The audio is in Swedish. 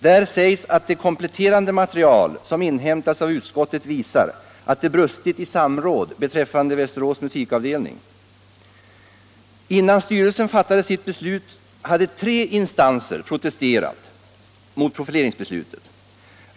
Där sägs att det kom pletterande material som inhämtats av utskottet visar att det brustit i samråd beträffande Västerås musikavdelning. Innan styrelsen fattade sitt beslut hade tre instanser protesterat mot profileringsbeslutet.